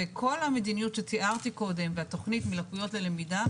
כל המדיניות שתיארתי קודם והתוכנית "מלקויות ללמידה"